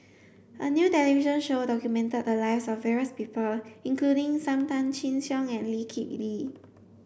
a new television show documented the lives of various people including Sam Tan Chin Siong and Lee Kip Lee